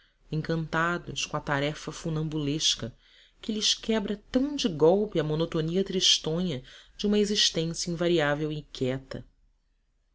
encantados com a tarefa funambulesca que lhes quebra tão de golpe a monotonia tristonha de uma existência invariável